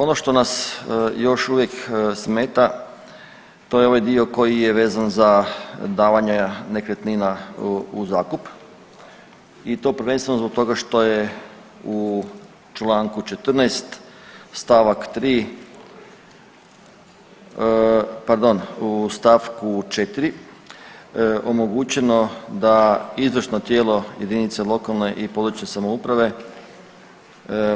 Ono što nas još uvijek smeta to je ovaj dio koji je vezan za davanje nekretnina u zakup i to prvenstveno zbog toga što je u čl. 14. st. 3., pardon u st. 4. omogućeno da izvršno tijelo jedinice lokalne i područne samouprave